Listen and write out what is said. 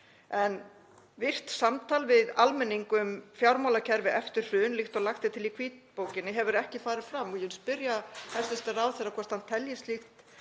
En virkt samtal við almenning um fjármálakerfi eftir hrun, líkt og lagt er til í hvítbókinni, hefur ekki farið fram og ég vil spyrja hæstv. ráðherra hvort hann telji slíkt